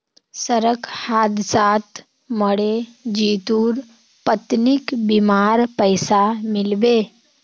सड़क हादसात मरे जितुर पत्नीक बीमार पैसा मिल बे